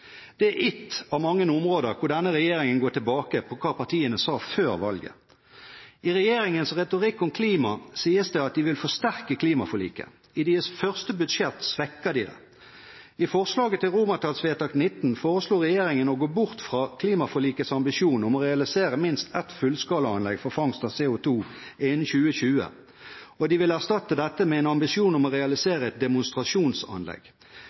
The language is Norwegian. Dette er ett av mange områder hvor denne regjeringen går tilbake på hva partiene sa før valget. I regjeringens retorikk om klima sies det at de vil forsterke klimaforliket. I deres første budsjett svekker de det. I forslaget til XIX foreslo regjeringen å gå bort fra klimaforlikets ambisjon om å realisere minst ett fullskala anlegg for fangst av CO2 innen 2020, og de ville erstatte dette med en ambisjon om å